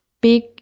big